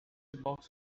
box